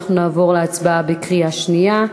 אנחנו נעבור להצבעה בקריאה שנייה,